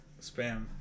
spam